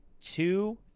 Two